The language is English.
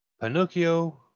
Pinocchio